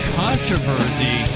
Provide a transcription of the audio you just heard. controversy